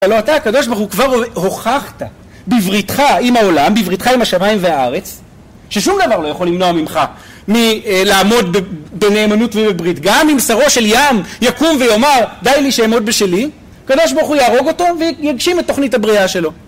הלא אתה, הקדוש ברוך הוא, כבר הוכחת בבריתך עם העולם, בבריתך עם השמיים והארץ, ששום דבר לא יכול למנוע ממך מלעמוד בנאמנות ובברית. גם אם שרו של ים יקום ויאמר די לי שעמוד בשלי, קדוש ברוך הוא יהרוג אותו, ויגשים את תוכנית הבריאה שלו.